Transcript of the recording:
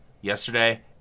yesterday